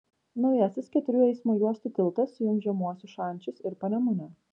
naujasis keturių eismo juostų tiltas sujungs žemuosius šančius ir panemunę